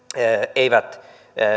eivät